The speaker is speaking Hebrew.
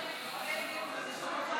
חוק מיסוי רווחים ממשאבי טבע (תיקון מס' 3),